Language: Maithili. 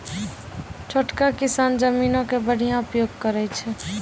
छोटका किसान जमीनो के बढ़िया उपयोग करै छै